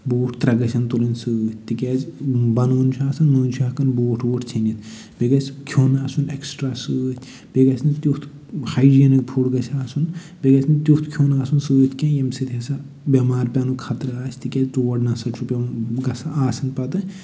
بوٗٹھ ترٛٮےٚ گژھٮ۪ن تُلٕنۍ سۭتۍ تِکیازِ بَنُن چھُ آسان مٔنٛزۍ چھُ ہٮ۪کان بوٗٹھ ووٗٹھ ژھیٚنِتھ بیٚیہِ گژھِ کھیوٚن آسُن اٮ۪کٕسٹرٛا سۭتۍ بیٚیہِ گژھِ نہٕ تیُتھ ہاجیٖنِک فُڈ گژھِ آسُن بیٚیہِ گژھِ نہٕ تیُتھ کھیوٚن آسُن سۭتۍ کیٚنہہ ییٚمہِ سۭتۍ ہسا بٮ۪مار پٮ۪نُک خٲطرٕ آسہِ تِکیازِ تور نہ سا چھُ پٮ۪وان گژھان آسان پتہٕ